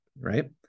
right